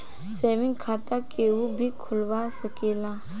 saving खाता केहू भी खोलवा सकेला